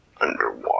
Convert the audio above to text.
underwater